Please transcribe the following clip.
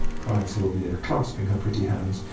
cried sylvia, clasping her pretty hands,